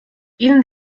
ihnen